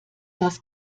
das